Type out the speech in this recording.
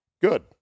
Good